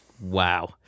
Wow